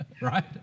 Right